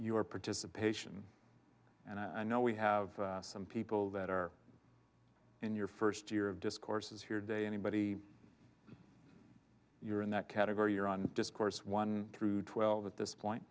your participation and i know we have some people that are in your first year of discourses here day anybody you're in that category you're on discourse one through twelve at this point